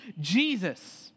Jesus